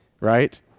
right